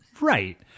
Right